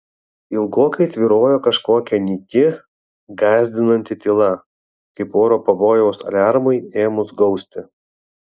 ilgokai tvyrojo kažkokia nyki gąsdinanti tyla kaip oro pavojaus aliarmui ėmus gausti